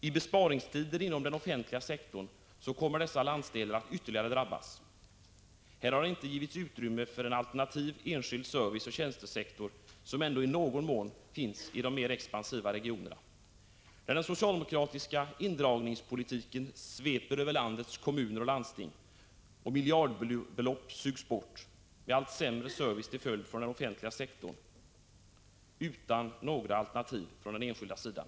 I besparingstider med nedskärningar inom den offentliga sektorn kommer dessa landsdelar att ytterligare drabbas. Här har inte givits utrymme för en alternativ enskild serviceoch tjänstesektor, som ändå i någon mån finns i de mer expansiva regionerna. När den socialdemokratiska indragningspolitiken sveper över landets kommuner och landsting sugs miljardbelopp bort, vilket får till följd en allt sämre service från den offentliga sektorn, utan några alternativ på den enskilda sidan.